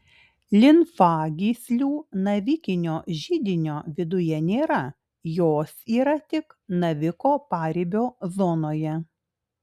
limfagyslių navikinio židinio viduje nėra jos yra tik naviko paribio zonoje